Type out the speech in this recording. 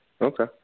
Okay